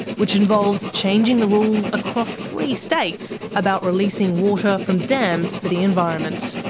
which involves changing the rules across three states about releasing water from dams for the environment.